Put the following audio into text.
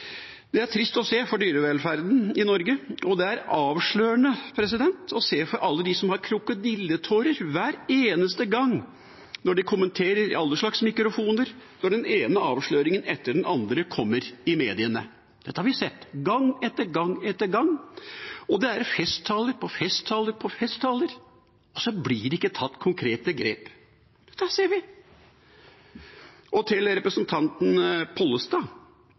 Det er trist å se for dyrevelferden i Norge, og det er avslørende å se alle de som har krokodilletårer hver eneste gang de kommenterer i alle slags mikrofoner når den ene avsløringen etter den andre kommer i mediene. Dette har vi sett gang etter gang etter gang, og det er festtaler på festtaler på festtaler, og så blir det ikke tatt konkrete grep. Det ser vi. Til representanten Pollestad